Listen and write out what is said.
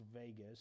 Vegas